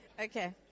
Okay